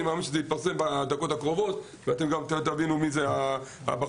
אני מאמין שזה יתפרסם בדקות הקרובות ואתם תבינו מי זה הבחור.